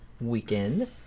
weekend